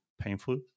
painful